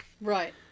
Right